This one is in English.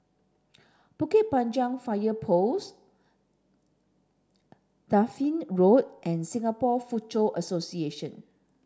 Bukit Panjang Fire Post Dafne Road and Singapore Foochow Association